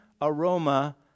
aroma